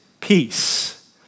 peace